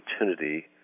opportunity